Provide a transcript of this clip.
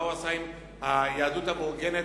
מה הוא עשה עם היהדות המאורגנת